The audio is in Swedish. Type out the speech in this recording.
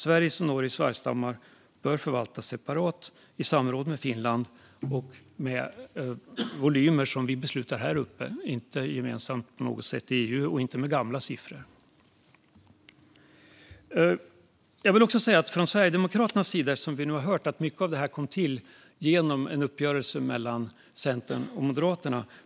Sveriges och Norges vargstammar bör förvaltas som en separat enhet, i samråd med Finland och med volymer som vi beslutar här uppe, inte på något sätt gemensamt i EU och inte med gamla siffror. Vi har nu hört att mycket av det här kom till genom en uppgörelse mellan Centern och Moderaterna.